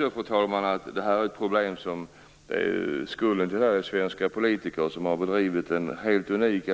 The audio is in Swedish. Skulden till den här föreställningen ligger hos svenska politiker, som har bedrivit en